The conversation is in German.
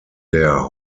der